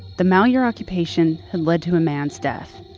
the malheur occupation had led to a man's death,